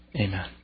amen